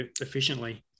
efficiently